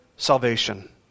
salvation